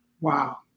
Wow